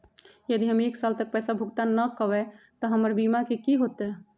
यदि हम एक साल तक पैसा भुगतान न कवै त हमर बीमा के की होतै?